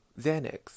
Xanax